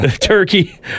Turkey